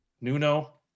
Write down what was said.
Nuno